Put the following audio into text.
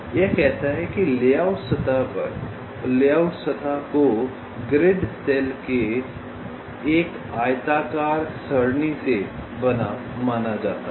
यह कहता है कि लेआउट सतह को ग्रिड सेल के एक आयताकार सरणी से बना माना जाता है